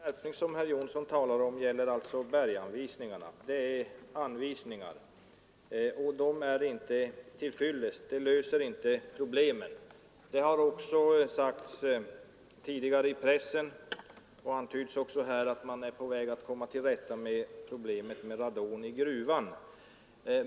Herr talman! Den skärpning som herr Johnsson i Blentarp talade om gäller berganvisningarna. Det är anvisningar som inte är till fyllest, och de löser inte problemen. Det har också sagts tidigare i pressen, och även antytts här, att man är på väg att komma till rätta med radongasproblemet i gruvor.